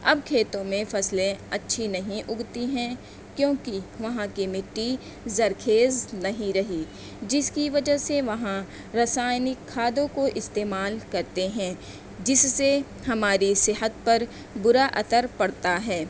اب کھیتوں میں فصلیں اچھی نہیں اگتی ہیں کیونکہ وہاں کی مٹی زرخیز نہیں رہی جس کی وجہ سے وہاں رسائنک کھادوں کو استعمال کرتے ہیں جس سے ہماری صحت پر برا اثر پڑتا ہے